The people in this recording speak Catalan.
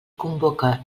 convoca